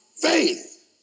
faith